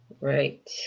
Right